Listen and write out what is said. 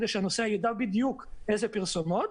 כדי שהנוסע יידע בדיוק איזה פרסומות,